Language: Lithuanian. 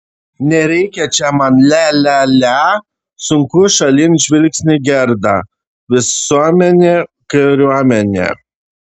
nereikia čia man lia lia lia suko šalin žvilgsnį gerda visuomenė kariuomenė